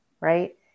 right